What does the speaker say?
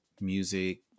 music